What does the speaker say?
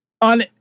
On